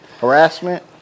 harassment